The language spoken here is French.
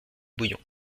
bouillon